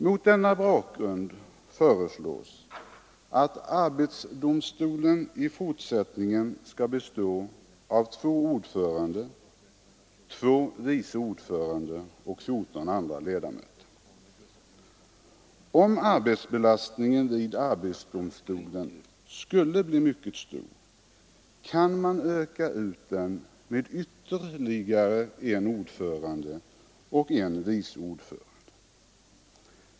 Mot denna bakgrund föreslås att arbetsdomstolen i fortsättningen skall bestå av två ordförande, två vice ordförande och fjorton andra ledamöter. Om arbetsbelastningen vid arbetsdomstolen skulle bli mycket stor kan man öka ut resurserna med ytterligare en ordförande och en vice ordförande.